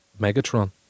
Megatron